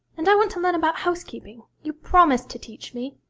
and i want to learn about housekeeping you promised to teach me